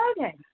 Okay